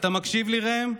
אתה מקשיב לי, ראם?